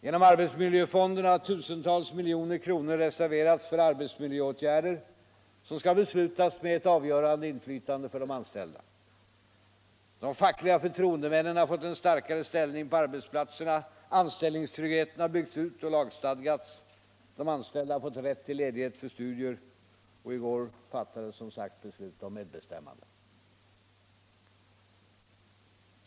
Genom arbetsmiljöfonderna har tusentals miljoner kronor reserverats för arbetsmiljöåtgärder, som skall beslutas med ett avgörande inflytande för de anställda. De fackliga förtroendemännen har fått en starkare ställning på arbetsplatserna. Anställningstryggheten har byggts ut och lagstadgats. De anställda har fått rätt till ledighet för studier. Och i går fattades, som sagt, beslut om löntagarnas medbestämmande.